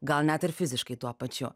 gal net ir fiziškai tuo pačiu